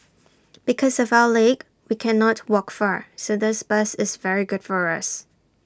because of our leg we cannot walk far so this bus is very good for us